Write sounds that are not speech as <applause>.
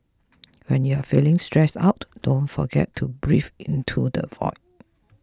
when you are feeling stressed out don't forget to <unintelligible> into the void